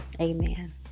Amen